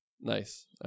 Nice